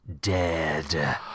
Dead